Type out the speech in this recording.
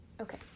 Okay